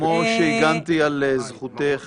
כמו שהגנתי על זכותך